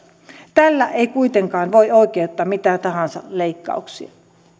tällä ei kuitenkaan voi oikeuttaa mitä tahansa leikkauksia